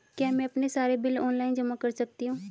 क्या मैं अपने सारे बिल ऑनलाइन जमा कर सकती हूँ?